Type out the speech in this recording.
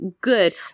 Good